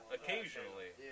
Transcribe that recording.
Occasionally